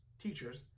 teachers